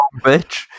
bitch